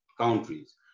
countries